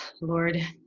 Lord